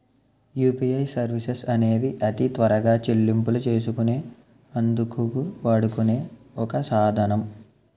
UPI services అనేవి అతి త్వరగా చెల్లింపులు చేసుకునే అందుకు వాడుకునే ఒక సాధనం